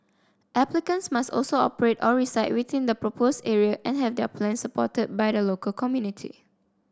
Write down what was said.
applicants must also operate or reside within the proposed area and have their plans supported by the local community